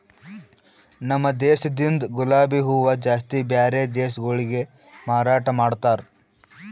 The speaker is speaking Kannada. ನಮ ದೇಶದಿಂದ್ ಗುಲಾಬಿ ಹೂವ ಜಾಸ್ತಿ ಬ್ಯಾರೆ ದೇಶಗೊಳಿಗೆ ಮಾರಾಟ ಮಾಡ್ತಾರ್